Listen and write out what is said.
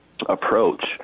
approach